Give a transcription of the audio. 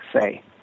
say